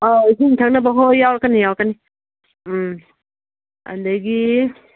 ꯑꯧ ꯏꯁꯤꯡ ꯊꯛꯅꯕ ꯍꯣꯏ ꯍꯣꯏ ꯌꯥꯎꯔꯛꯀꯅꯤ ꯌꯥꯎꯔꯛꯀꯅꯤ ꯎꯝ ꯑꯗꯒꯤ